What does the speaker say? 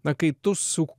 na kai tu su